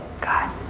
God